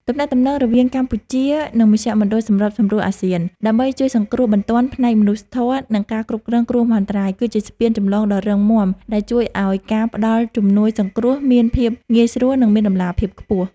ទំនាក់ទំនងរវាងកម្ពុជា និងមជ្ឈមណ្ឌលសម្របសម្រួលអាស៊ាន ដើម្បីជួយសង្គ្រោះបន្ទាន់ផ្នែកមនុស្សធម៌ និងការគ្រប់គ្រងគ្រោះមហន្តរាយ គឺជាស្ពានចម្លងដ៏រឹងមាំដែលជួយឱ្យការផ្តល់ជំនួយសង្គ្រោះមានភាពងាយស្រួល និងមានតម្លាភាពខ្ពស់។